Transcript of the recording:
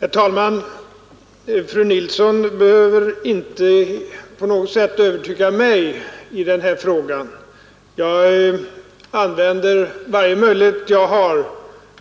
Herr talman! Fru Nilsson i Kristianstad behöver inte på något sätt övertyga mig i denna fråga — jag använder varje möjlighet jag har